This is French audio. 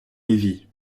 levy